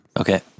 Okay